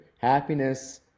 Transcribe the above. Happiness